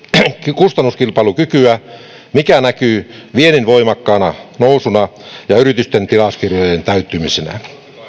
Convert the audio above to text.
kustannuskilpailukykyä mikä näkyy viennin voimakkaana nousuna ja yritysten tilauskirjojen täyttymisenä